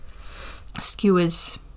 skewers